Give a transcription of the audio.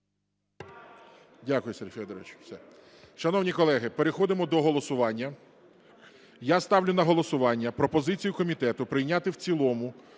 Дякую, Сергій Федорович.